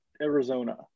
Arizona